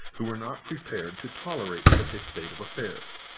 who were not prepared to tolerate such a state of affairs.